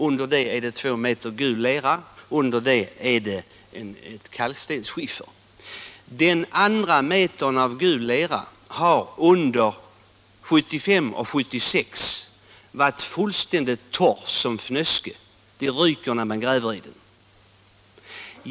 Under det lagret finns två meter gul lera och därunder kalkstensskiffer. Den andra metern gul lera har under 1975 och 1976 varit torr som fnöske — det ryker när man gräver i den.